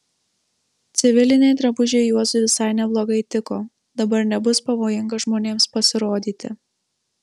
civiliniai drabužiai juozui visai neblogai tiko dabar nebus pavojinga žmonėms pasirodyti